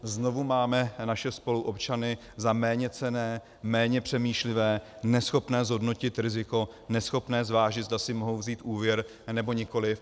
Znovu máme naše spoluobčany za méněcenné, méně přemýšlivé, neschopné zhodnotit riziko, neschopné zvážit, zda si mohou vzít úvěr, nebo nikoliv.